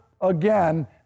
again